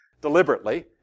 Deliberately